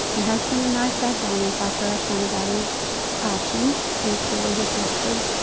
my husband and i sat down and talked to our son about his options as julie had listed,